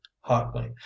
hotly